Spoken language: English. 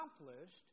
accomplished